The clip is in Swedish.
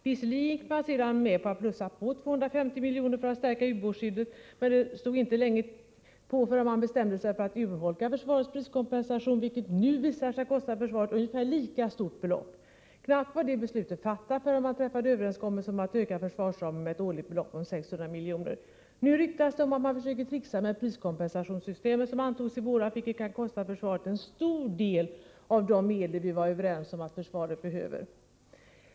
Visserligen gick man sedan med på att plussa på med 250 miljoner för att stärka ubåtsskyddet, men det stod inte länge på förrän man bestämde sig för att urholka försvarets priskompensation, vilket nu visar sig kosta försvaret ungefär ett lika stort belopp. Knappt var det beslutet fattat förrän man träffade överenskommelse om att öka försvarsramen med ett årligt belopp om 600 miljoner. Nu ryktas det att man försöker tricksa med priskompensationssystemet som antogs i våras, vilket kan kosta försvaret en stor del av de medel vi var överens om att försvaret behövde.